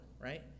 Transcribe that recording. right